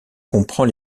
comprend